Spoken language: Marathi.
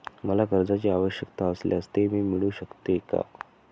मला कर्जांची आवश्यकता असल्यास ते मिळू शकते का?